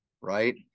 Right